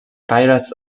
pirates